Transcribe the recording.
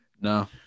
No